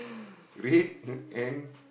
red and